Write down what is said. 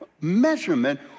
measurement